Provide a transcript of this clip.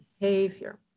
behavior